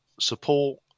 support